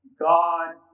God